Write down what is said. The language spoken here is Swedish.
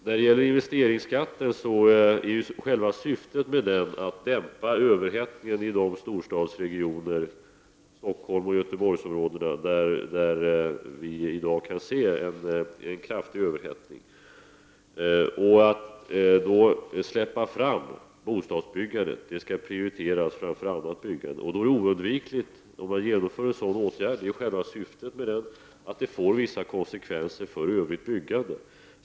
Själva syftet med investeringsskatten är att dämpa överhettningen inom storstadsregioner, såsom Stockholmsoch Göteborgsområdena, där vi i dag kan se en kraftig överhettning, och att släppa fram bostadsbyggandet, som skall prioriteras framför annat byggande. Det är oundvikligt om man genomför en sådan åtgärd — det är själva syftet med den — att det får vissa konse kvenser för övrigt byggande.